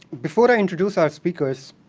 before i introduce our speakers,